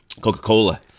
Coca-Cola